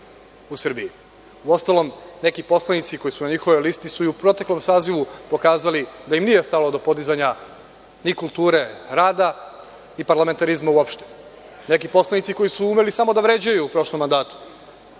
Uostalom neki poslanici koji su na njihovoj listi su u proteklom sazivu pokazali da im nije stalo do podizanja ni kulture rada i parlamentarizma uopšte. Neki poslanici su umeli samo da vređaju u prošlom mandatu,